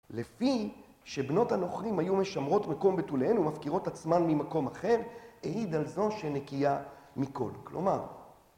לפי שבנות הנוכרים היו משמרות מקום בתוליהן ומפקירות עצמן ממקום אחר, העיד על זו שנקייה מכל, כלומר.